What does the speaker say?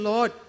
Lord